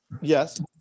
Yes